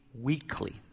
Weekly